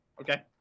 Okay